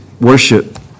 worship